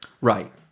right